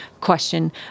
question